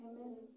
Amen